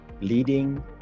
leading